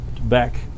Back